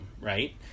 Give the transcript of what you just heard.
right